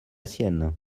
sienne